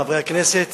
חברי הכנסת,